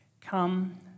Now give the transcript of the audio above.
Come